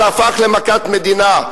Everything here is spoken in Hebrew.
זה הפך למכת מדינה,